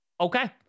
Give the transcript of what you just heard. Okay